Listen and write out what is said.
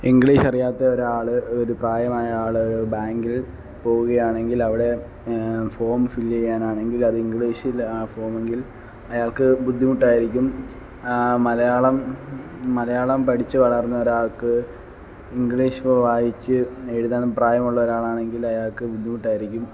English അറിയാത്ത ഒരാൾ ഒരു പ്രായമായ ആൾ ബാങ്കിൽ പോവുകയാണെങ്കിൽ അവിടെ ഫോം ഫിൽ ചെയ്യാനാണെങ്കിൽ അത് ഇംഗ്ലീഷിൽ ഫോം എങ്കിൽ അയാൾക്ക് ബുദ്ധിമുട്ടായിരിക്കും മലയാളം മലയാളം പഠിച്ചു വളർന്ന ഒരാൾക്ക് ഇംഗ്ലീഷ് വായിച്ച് എഴുതാനും പ്രായമുള്ള ഒരാളാണെങ്കിൽ അയാൾക്ക് ബുദ്ധിമുട്ടായിരിക്കും